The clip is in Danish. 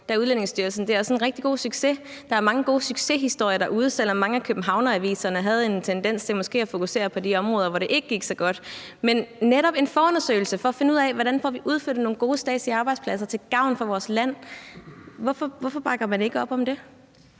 fra, at Udlændingestyrelsen der er en rigtig god succes. Der er mange gode succeshistorier derude, selv om mange af københavneraviserne havde en tendens til måske at fokusere på de områder, hvor det ikke gik så godt. Vi foreslår netop en forundersøgelse for at finde ud af, hvordan vi får udflyttet nogle gode statslige arbejdspladser til gavn for vores land. Hvorfor bakker man ikke op om det?